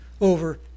over